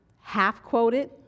half-quoted